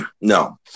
No